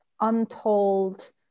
untold